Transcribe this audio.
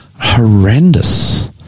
horrendous